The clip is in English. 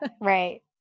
Right